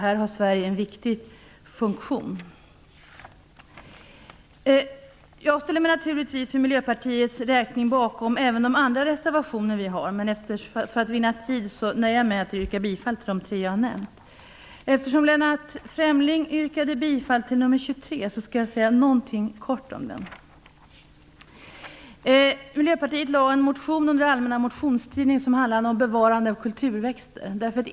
Här har Sverige en viktig funktion att fylla. För Miljöpartiets räkning ställer jag mig naturligtvis bakom även de andra reservationerna vi har, men för att vinna tid nöjer jag mig med att yrka bifall till de tre jag har nämnt. Eftersom Lennart Fremling yrkade bifall till reservation nr 23 skall jag säga något kort om den. Miljöpartiet lade fram en motion under den allmänna motionstiden som handlade om bevarande av kulturväxter.